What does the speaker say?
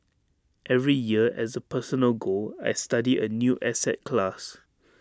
every year as A personal goal I study A new asset class